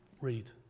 read